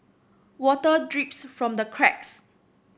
water drips from the cracks